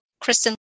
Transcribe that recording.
Kristen